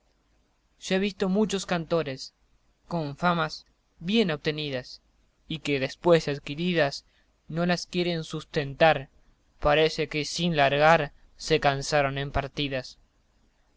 yo he visto muchos cantores con famas bien obtenidas y que después de adquiridas no las quieren sustentar parece que sin largar se cansaron en partidas